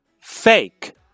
Fake